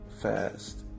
fast